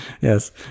Yes